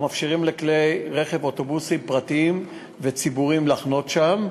אנחנו מאפשרים לאוטובוסים פרטיים וציבוריים לחנות שם.